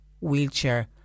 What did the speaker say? wheelchair